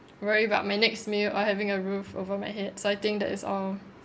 worry about my next meal or having a roof over my head so I think that is all